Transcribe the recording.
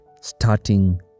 starting